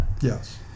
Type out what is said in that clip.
Yes